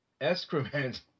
excrement